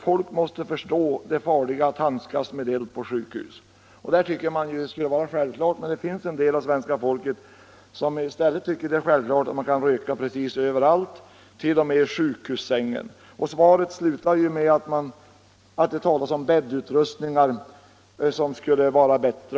Folk måste förstå det farliga i att handskas med eld på sjukhus.” Det tycker man skulle vara självklart, men det finns en del människor som i stället tycker att det är självklart att de kan röka precis överallt, t.ex. i sjukhussängen. I svaret talas det om bäddutrustningar som skulle vara brandsäkrare.